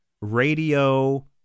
radio